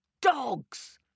dogs